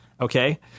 Okay